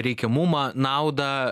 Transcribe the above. reikiamumą naudą